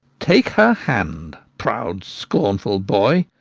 take her hand, proud scornful boy,